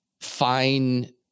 fine